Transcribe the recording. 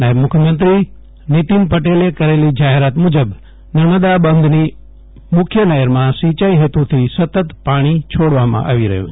નાયબ મુખ્યમંત્રી નીતિન પટેલે કરેલી જાહેરાત મુજબ નર્મદા બંધની મુખ્ય નહેરમાં સિંચાઈ હેતુથ્રી સતત પાણી છોડવામાં આવી રહ્યું છે